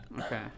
Okay